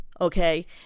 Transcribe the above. Okay